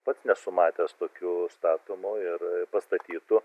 pats nesu matęs tokių statomų ir pastatytų